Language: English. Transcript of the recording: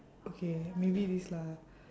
okay maybe this lah